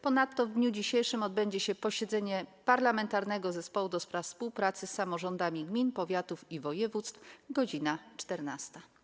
Ponadto w dniu dzisiejszym odbędzie się posiedzenie Parlamentarnego Zespołu ds. Współpracy z Samorządami Gmin, Powiatów i Województw - godz. 14.